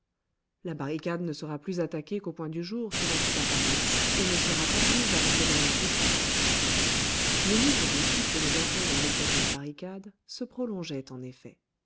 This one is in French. la barricade ne sera plus attaquée qu'au point du jour selon toute apparence et ne sera pas prise avant demain midi le nouveau répit que les assaillants laissaient à la barricade se prolongeait en effet